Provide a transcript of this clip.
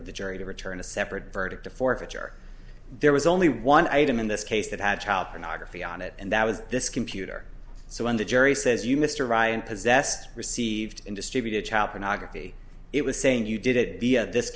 of the jury to return a separate verdict to forfeiture there was only one item in this case that had child pornography on it and that was this computer so when the jury says you mr ryan possessed received and distributed child pornography it was saying you did it via this